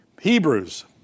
Hebrews